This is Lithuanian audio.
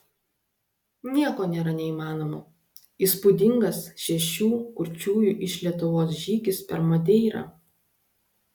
nieko nėra neįmanomo įspūdingas šešių kurčiųjų iš lietuvos žygis per madeirą